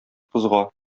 кызга